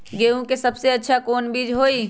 गेंहू के सबसे अच्छा कौन बीज होई?